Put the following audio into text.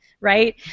right